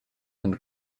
and